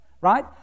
right